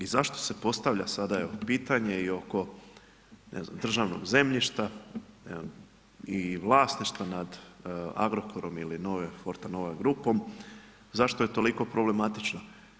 I zašto se postavlja sada evo pitanje i oko ne znam državnog zemljišta i vlasništva nad Agrokorom ili nove Fortenova grupom zašto je toliko problematična.